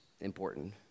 important